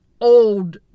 old